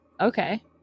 Okay